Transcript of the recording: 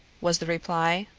was the reply.